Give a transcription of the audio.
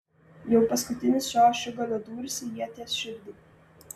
jau paskutinis šio ašigalio dūris į ieties širdį